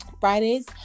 Fridays